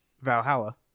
Valhalla